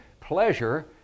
pleasure